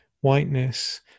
whiteness